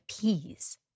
peas